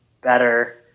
better